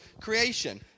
creation